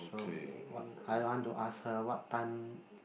so what I want to ask her what time